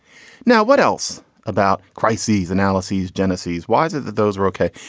now, what else about crises, analysis, genesis? why is it that those are ok?